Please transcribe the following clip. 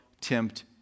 tempt